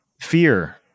fear